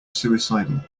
suicidal